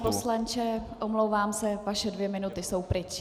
Pane poslanče, omlouvám se, vaše dvě minuty jsou pryč.